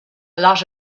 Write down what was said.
lot